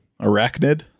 Arachnid